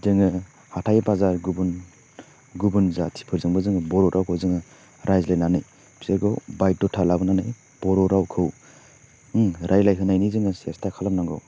जोङो हाथाय बाजार गुबुन गुबुन जातिफोरजोंबो जोङो बर' रावखौ जोङो रायज्लायनानै बिसोरखौ बायदता लाबोनानै बर' रावखौ रायलाय होनायनि जोङो सेस्ता खालामनांगौ